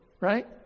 right